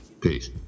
Peace